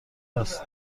هست